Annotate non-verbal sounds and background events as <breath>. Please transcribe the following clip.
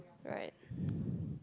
right <breath>